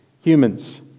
humans